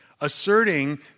Asserting